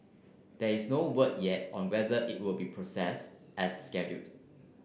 there is no word yet on whether it will be proceed as scheduled